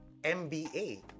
mba